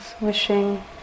Wishing